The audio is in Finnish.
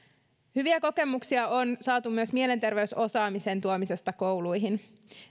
hyviä kokemuksia on saatu myös mielenterveysosaamisen tuomisesta kouluihin